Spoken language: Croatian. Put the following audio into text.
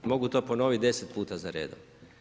Mogu to ponoviti 10 puta za redom.